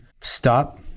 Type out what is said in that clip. stop